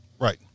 Right